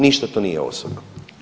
Ništa to nije osobno.